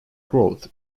growth